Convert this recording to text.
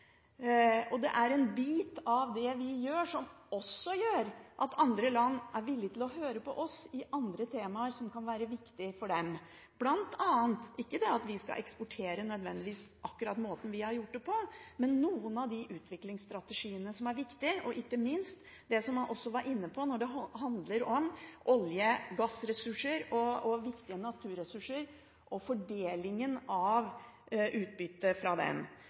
Det er en bit av det vi gjør, som også gjør at land er villig til å høre på oss i andre temaer som kan være viktige for dem. Ikke at vi nødvendigvis skal eksportere måten vi har gjort det på, men noen av de utviklingsstrategiene som er viktige, og ikke minst det som han også var inne på, som handlet om olje- og gassressurser og andre viktige naturressurser og fordelingen av utbytte fra